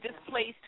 displaced